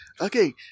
Okay